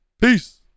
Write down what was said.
Peace